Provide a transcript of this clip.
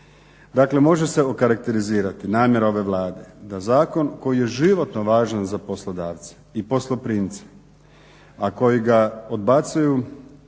Dakle, može se okarakterizirati namjera ove Vlade da zakon koji je životno važan za poslodavce i posloprimce, a koji ga odbacuju